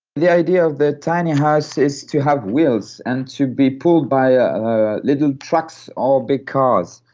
the idea of the tiny house is to have wheels and to be pulled by ah ah little trucks or big cars.